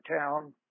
town